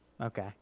okay